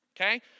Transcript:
okay